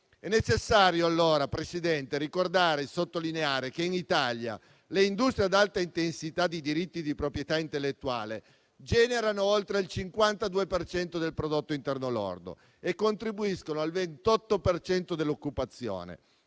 È necessario, allora, Presidente, ricordare e sottolineare che in Italia le industrie ad alta intensità di diritti di proprietà intellettuale generano oltre il 52 per cento del Prodotto interno lordo e contribuiscono al 28 per cento dell'occupazione.